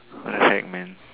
what the heck man